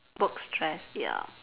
work stress ya